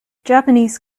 japanese